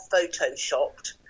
photoshopped